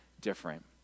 different